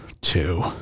two